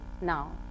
now